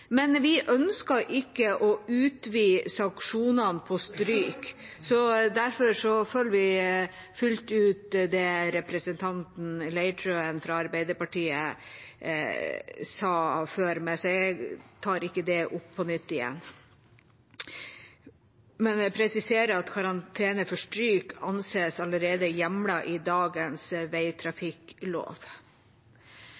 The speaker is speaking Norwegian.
Men vi ønsker ikke å utvide sanksjonene for stryk, derfor følger vi fullt ut det representanten Leitrøen fra Arbeiderpartiet sa før meg – så jeg tar ikke det opp på nytt. Men jeg vil presisere at karantene for stryk allerede anses hjemlet i dagens